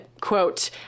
quote